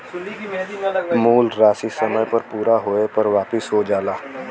मूल राशी समय पूरा होये पर वापिस हो जाला